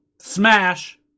smash